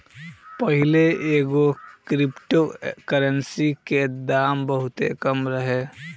पाहिले एगो crypto currency के दाम बहुते कम रहे